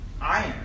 iron